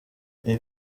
iyi